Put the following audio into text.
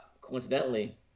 coincidentally